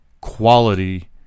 quality